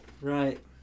Right